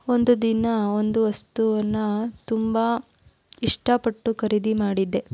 ಒಂದು ದಿನ ಒಂದು ವಸ್ತುವನ್ನು ತುಂಬ ಇಷ್ಟಪಟ್ಟು ಖರೀದಿ ಮಾಡಿದ್ದೆ